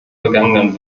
vergangenen